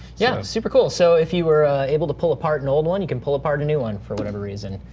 yeah, super cool so if you were able to pull apart an and old one, you can pull apart a new one for whatever reason,